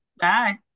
Bye